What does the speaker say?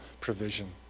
provision